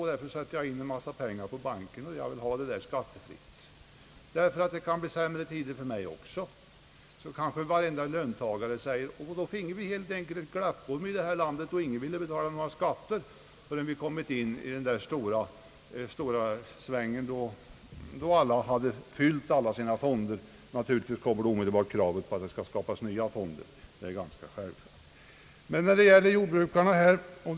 Vem vill inte sätta in pengar på banken och ha dem stående där skattefritt? Det kan ju bli sämre tider för löntagarna också! Skall vi ordna med ett glapprum, då ingen vill betala några skatter förrän de fyllt sina fonder? När fonderna fyllts, skulle det naturligtvis resas krav på att nya fonder måste skapas, osv.